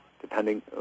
depending